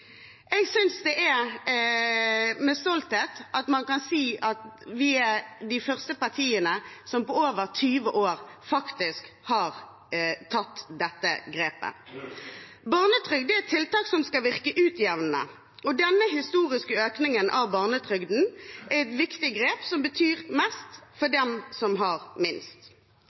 Jeg synes det er med stolthet vi kan si at vi er de første partiene på over 20 år som har tatt dette grepet. Barnetrygden er et tiltak som skal virke utjevnende, og denne historiske økningen er et viktig grep som betyr mest for dem som har minst.